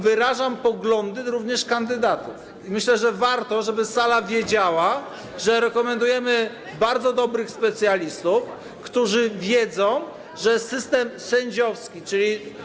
Wyrażam poglądy również kandydatów i myślę, że warto, żeby sala wiedziała, że rekomendujemy bardzo dobrych specjalistów, którzy wiedzą, że system sędziowski, czyli.